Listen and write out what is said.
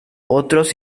otros